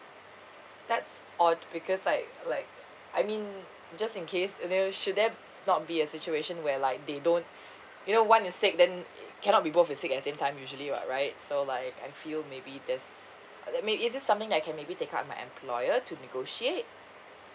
that's oh because like like I mean just in case you know should there not be a situation where like they don't you know one is sick then cannot be both is sick at same time usually what right so like I feel maybe there's like may is this something I can maybe take up with my employer to negotiate